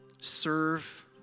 serve